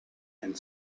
and